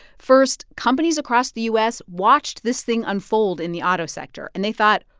first, companies across the u s. watched this thing unfold in the auto sector, and they thought,